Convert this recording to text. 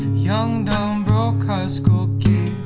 young dumb broke high school